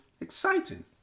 exciting